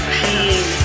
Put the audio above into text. pain